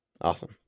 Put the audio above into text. awesome